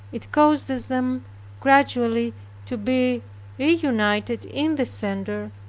it causes them gradually to be reunited in the center,